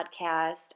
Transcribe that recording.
podcast